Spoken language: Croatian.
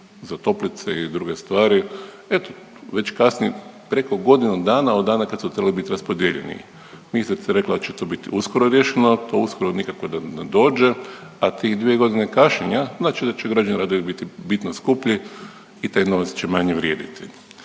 za toplice i druge stvari, eto već kasni preko godinu dana od dana kad su trebali bit raspodijeljeni. Ministrica je rekla da će to bit uskoro riješeno, a to uskoro nikako da dođe, a tih 2.g. kašnjenja znači da će građevinski radovi biti bitno skuplji i taj novac će manje vrijediti.